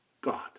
God